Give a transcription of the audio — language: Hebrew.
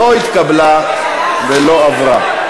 לא התקבלה ולא עברה.